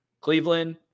Cleveland